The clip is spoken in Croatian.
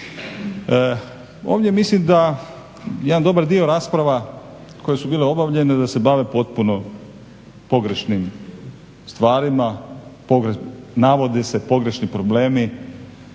Ovdje mislim da jedan dobar dio rasprava koje su bile obavljene da se bave potpuno pogrešnim stvarima, navode se pogrešni problemi